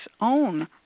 own